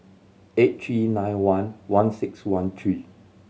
eight three nine one one six one three